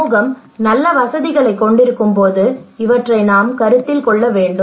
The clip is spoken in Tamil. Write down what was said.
சமூகம் நல்ல வசதிகளைக் கொண்டிருக்கும்போது இவற்றை நாம் கருத்தில் கொள்ள வேண்டும்